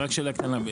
רק שאלה קטנה,